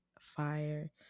fire